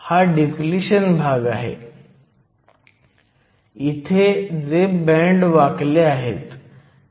म्हणून बँड गॅपचे मूल्य जसजसे वाढते ni अनिवार्यपणे खाली जाते कारण त्यात निगेटिव्ह पदासह घातांक असतो